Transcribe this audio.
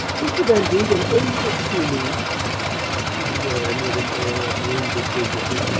mr. van degen owes it to me she began with an air of wounded dignity.